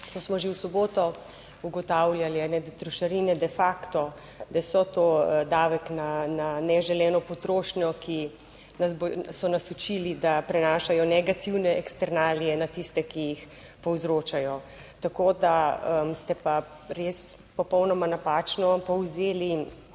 ko smo že v soboto ugotavljali, kajne, da trošarine de facto, da so to davek na neželeno potrošnjo, ki, so nas učili, da prenašajo negativne eksternalije na tiste, ki jih povzročajo, tako da ste pa res popolnoma napačno povzeli tole